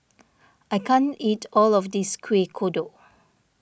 I can't eat all of this Kuih Kodok